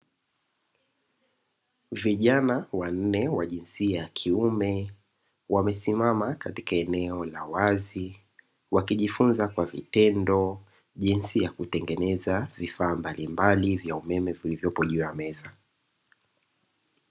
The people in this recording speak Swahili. Vijana wanne wa jinsia ya kiume, wamesimama katika eneo la wazi. Wakijifunza kwa vitendo jinsi ya kutengeneza vifaa mbalimbali vya umeme vilivyopo juu ya meza.